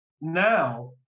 now